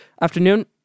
afternoon